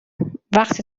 وقتی